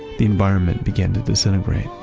the environment began to disintegrate.